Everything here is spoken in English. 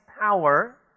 power